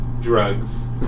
drugs